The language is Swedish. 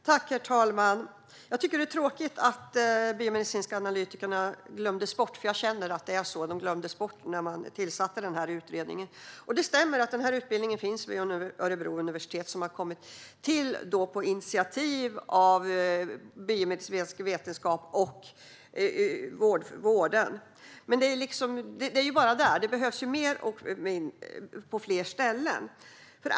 Herr talman! Jag tycker att det är tråkigt att de biomedicinska analytikerna glömdes bort, för jag känner att det är så: De glömdes bort när man tillsatte denna utredning. Det stämmer att denna utbildning finns vid Örebro universitet och har kommit till på initiativ av biomedicinsk vetenskap och vården. Men den finns ju bara där. Det behövs mer och på fler ställen.